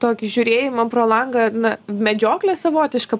tokį žiūrėjimą pro langą na medžiokle savotiška